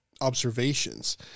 observations